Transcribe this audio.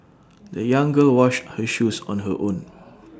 the young girl washed her shoes on her own